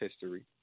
history